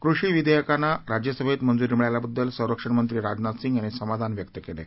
कृषी विधेयकांना राज्यसभेत मंजूरी मिळाल्याबद्दल संरक्षण मंत्री राजनाथ सिंग यांनी समाधान व्यक्त केलंय